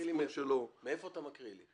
המצפון שלו" --- מאיפה אתה מקריא לי?